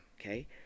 Okay